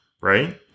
right